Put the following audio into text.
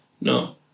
No